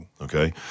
okay